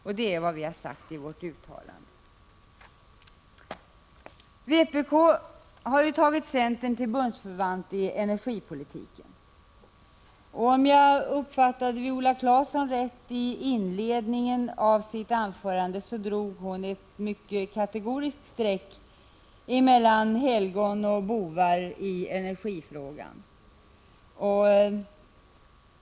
Och det är just vad vi har sagt i vårt uttalande. Vpk har ju tagit centern till bundsförvant i energipolitiken. Om jag uppfattade Viola Claesson rätt i inledningen av hennes anförande, drog hon ett mycket kategoriskt streck mellan helgon och bovar i energifrågan.